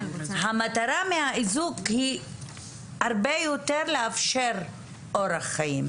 המטרה מהאיזוק היא הרבה יותר לאפשר אורח חיים,